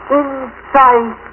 inside